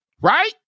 Right